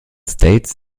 states